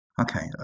okay